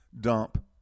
dump